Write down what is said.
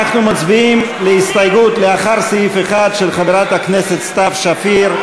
אנחנו מצביעים על הסתייגות לאחר סעיף 1 של חברת הכנסת סתיו שפיר.